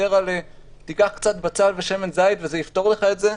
יותר על "קח קצת בצל ושמן זית וזה יפתור לך את זה".